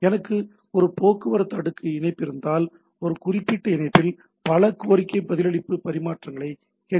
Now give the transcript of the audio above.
எனக்கு ஒரு போக்குவரத்து அடுக்கு இணைப்பு இருந்தால் ஒரு குறிப்பிட்ட இணைப்பில் பல கோரிக்கை பதிலளிப்பு பரிமாற்றங்களை ஹெச்